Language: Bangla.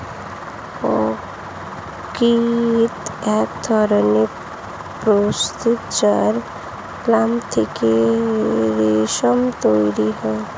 অঙ্গরূহ এক ধরণের পশু যার লোম থেকে রেশম তৈরি হয়